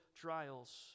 trials